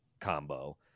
combo